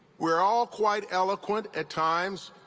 we are all quite eloquent at times.